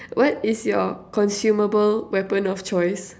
what is your consumable weapon of choice